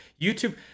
youtube